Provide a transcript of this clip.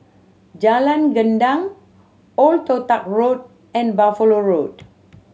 Jalan Gendang Old Toh Tuck Road and Buffalo Road